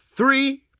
Three